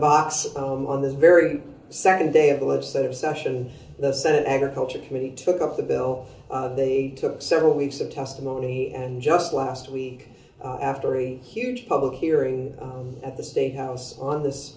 box on this very second day of the legislative session the senate agriculture committee took up the bill they took several weeks of testimony and just last week after a huge public hearing at the state house on this